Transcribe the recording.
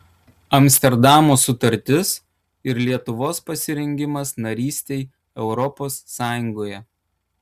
amsterdamo sutartis ir lietuvos pasirengimas narystei europos sąjungoje